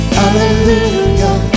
Hallelujah